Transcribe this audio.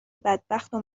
بدبختو